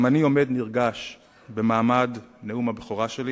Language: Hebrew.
גם אני עומד נרגש במעמד נאום הבכורה שלי,